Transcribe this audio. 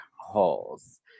holes